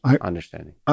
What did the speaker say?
Understanding